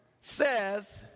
says—